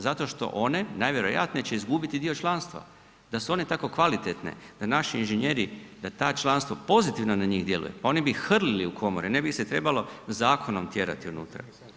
Zato što one, najvjerojatnije će izgubiti dio članstva, da su one tako kvalitetne da naši inženjeri, da ta članstva pozitivno na njih djeluju, pa oni bi hrlili u komore, ne bi ih se trebalo zakonom tjerati unutra.